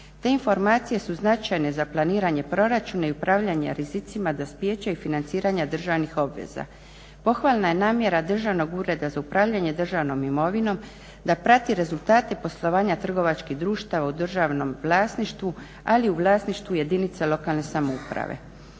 Te informacije su značajne za planiranje proračuna i upravljanje rizicima dospijeća i financiranja državnih obveza. Pohvalna je namjera Državnog ureda za upravljanje državnom imovinom da prati rezultate poslovanja trgovačkih društava u državnom vlasništvu ali i u vlasništvu jedinica lokalne samouprave.